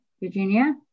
Virginia